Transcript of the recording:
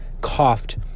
coughed